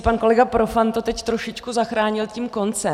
Pan kolega Profant to teď trošičku zachránil tím koncem.